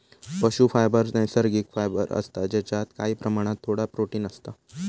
पशू फायबर नैसर्गिक फायबर असता जेच्यात काही प्रमाणात थोडा प्रोटिन असता